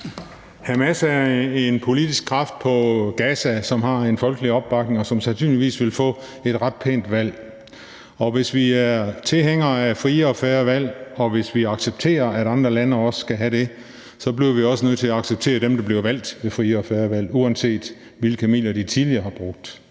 Hamas er en politisk kraft i Gaza, som har en folkelig opbakning, og som sandsynligvis vil få et ret pænt valg. Hvis vi er tilhængere af frie og fair valg, og hvis vi accepterer, at andre lande også skal have det, så bliver vi også nødt til at acceptere dem, der bliver valgt ved frie og fair valg, uanset hvilke midler de tidligere har brugt.